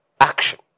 action